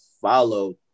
follow